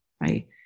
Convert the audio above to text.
right